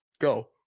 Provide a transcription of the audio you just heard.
go